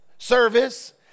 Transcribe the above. Service